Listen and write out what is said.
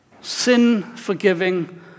sin-forgiving